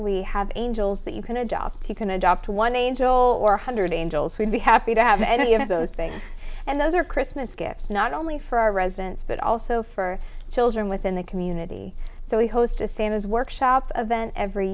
we have angels that you can adopt you can adopt one angel or hundred angels would be happy to have any of those things and those are christmas gifts not only for our residents but also for children within the community so we host a same as workshop a vent every